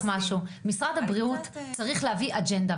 משרד הבריאות צריך להביא אג'נדה,